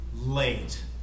late